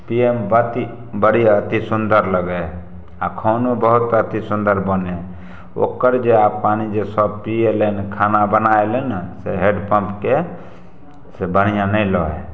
पियैमे बड़ी अति सुन्दर लगै है आ खानो बहुत अति सुन्दर बनै है ओकर जे आब पानी जे सब पी एलै हन खाना बना एलै ने से हैण्डपम्पके से बढ़िऑं नहि लगै है